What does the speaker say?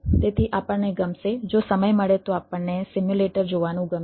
તેથી આપણને ગમશે જો સમય મળે તો આપણને સિમ્યુલેટર જોવાનું ગમશે